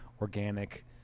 organic